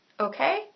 Okay